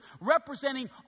representing